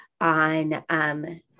on